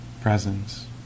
presence